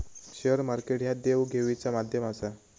share market ह्या देवघेवीचा माध्यम आसा